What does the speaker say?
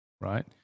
right